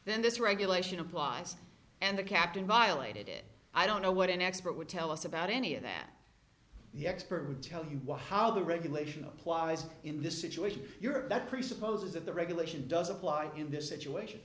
then this regulation applies and the captain violated it i don't know what an expert would tell us about any of that the expert would tell you what how the regulation applies in this situation you're that presupposes that the regulation does apply in this situation